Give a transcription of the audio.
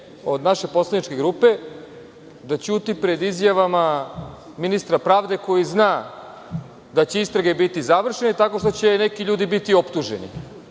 od naše poslaničke grupe da ćuti pred izjavama ministra pravde koji zna da će istrage biti završene tako što će neki ljudi biti optuženi.